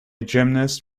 gymnast